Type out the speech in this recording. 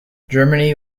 germany